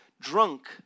drunk